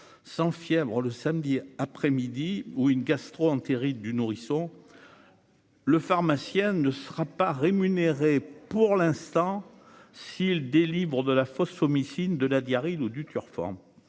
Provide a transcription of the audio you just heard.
s'enfièvre le samedi après-midi ou une gastro entérite du nourrisson, le pharmacien ne sera pas rémunérée pour l'instant s'ils délivrent de la fausse homicide de la diarrhée ou du Tiorfan